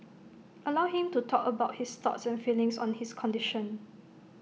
allow him to talk about his thoughts and feelings on his condition